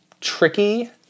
tricky